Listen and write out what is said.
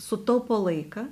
sutaupo laiką